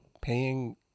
paying